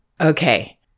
Okay